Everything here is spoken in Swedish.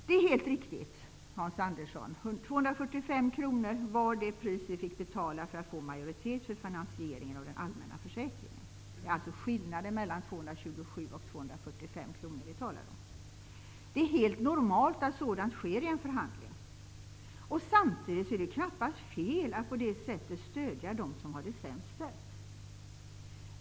Det är helt riktigt, Hans Andersson, att 245 kr var det pris vi fick betala för att få majoritet för finansieringen av den allmänna försäkringen. Det är alltså skillnaden mellan 227 kr och 245 kr vi talar om. Det är helt normalt att sådant sker i en förhandling. Samtidigt är det knappast fel att på det sättet stödja dem som har det sämst ställt.